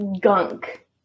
gunk